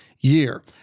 Year